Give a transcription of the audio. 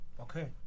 Okay